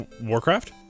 Warcraft